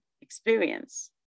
experience